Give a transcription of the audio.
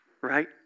right